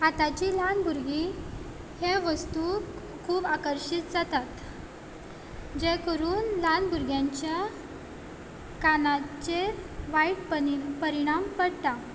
आतांचीं ल्हान भुरगीं ह्या वस्तूक खूब आकर्शीत जातात जे करून ल्हान भुरग्यांच्या कानाचेर वायट पनि परिणाम पडटा